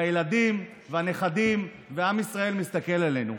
והילדים והנכדים ועם ישראל מסתכלים עלינו.